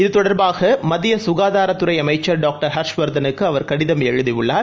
இத்தொடர்பாக மத்திய சுகாதாரத்துறை அமைச்சர் டாக்டர் ஹர்ஷ்வர்தளுக்கு அவர் கடிதம் எழுதியுள்ளார்